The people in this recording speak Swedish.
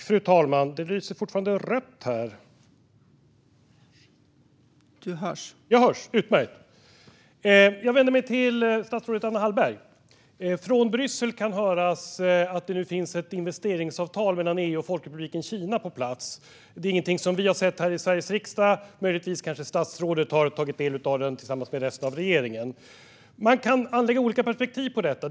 Fru talman! Jag vänder mig till statsrådet Anna Hallberg. Från Bryssel kan höras att det nu finns ett investeringsavtal mellan EU och Folkrepubliken Kina på plats. Det är ingenting som vi har sett här i Sveriges riksdag. Möjligtvis har statsrådet tagit del av detta tillsammans med resten av regeringen. Man kan anlägga olika perspektiv på detta.